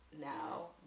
now